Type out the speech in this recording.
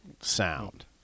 sound